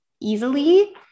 easily